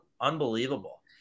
unbelievable